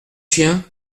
chien